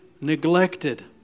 neglected